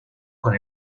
con